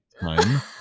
time